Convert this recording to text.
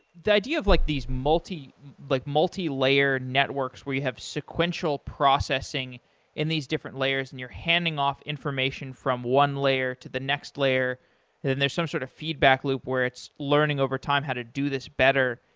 the idea of like these multi-layered like multi-layered networks where you have sequential processing in these different layers and you're handing off information from one layer to the next layer and then there's some sort of feedback loop where it's learning overtime how to do this better.